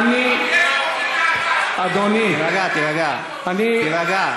בני-אדם, תירגע, תירגע.